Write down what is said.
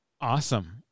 Awesome